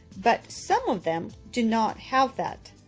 but some of them do not have that,